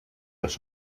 los